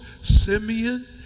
Simeon